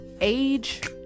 age